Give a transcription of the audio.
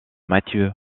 matthew